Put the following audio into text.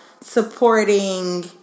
supporting